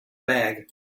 bag